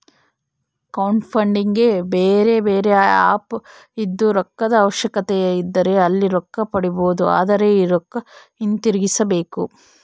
ಕ್ರೌಡ್ಫಂಡಿಗೆ ಬೇರೆಬೇರೆ ಆಪ್ ಇದ್ದು, ರೊಕ್ಕದ ಅವಶ್ಯಕತೆಯಿದ್ದರೆ ಅಲ್ಲಿ ರೊಕ್ಕ ಪಡಿಬೊದು, ಆದರೆ ಈ ರೊಕ್ಕ ಹಿಂತಿರುಗಿಸಬೇಕು